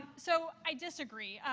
so, i disagree.